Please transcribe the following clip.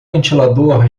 ventilador